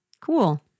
cool